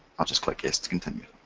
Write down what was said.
i'll just click yes to continue.